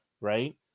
right